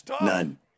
None